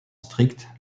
strict